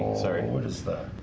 sorry, what is that?